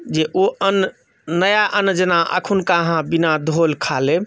जे ओ अन्न नया अन्न जेना एखनुका अहाँ बिना धोअल खा लेब